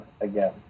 again